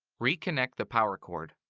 reconnect the power cord.